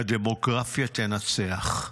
הדמוגרפיה תנצח.